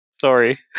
Sorry